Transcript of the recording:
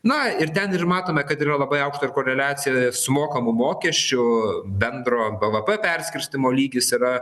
na ir ten ir matome kad yra labai aukšta ir koreliacija su mokamu mokesčiu bendro bvp perskirstymo lygis yra